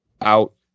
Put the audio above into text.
out